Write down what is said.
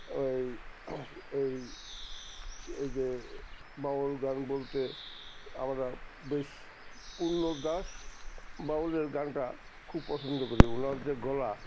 ওই এই এই যে বাউল গান বলতে আমরা বেশ পূর্ণ্য দাস বাউলের গানটা খুব পছন্দ করি ওনার যে গলা